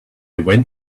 went